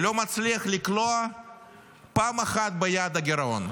ולא מצליח לקלוע פעם אחת ביעד הגירעון.